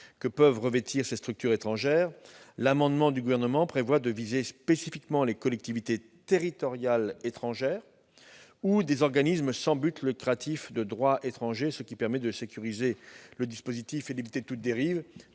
que peuvent revêtir ces structures étrangères, l'amendement du Gouvernement prévoit de viser spécifiquement les collectivités territoriales étrangères et les organismes sans but lucratif de droit étranger, ce qui permet de sécuriser le dispositif et d'éviter toute dérive,